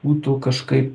būtų kažkaip